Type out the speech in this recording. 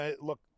look